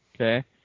okay